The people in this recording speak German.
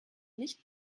nicht